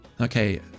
Okay